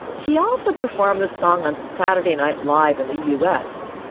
she also performed the song on saturday night live in the u s.